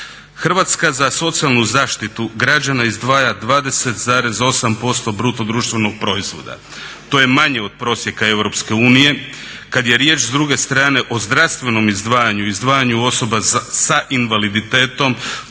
Hrvatska za socijalnu zaštita građana izdvaja 20,8% BDP-a, to je manje od prosjeka EU. Kada je riječ s druge strane o zdravstvenom izdvajanju, izdvajanja osoba sa invaliditetom,